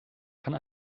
kann